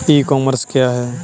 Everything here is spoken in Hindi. ई कॉमर्स क्या है?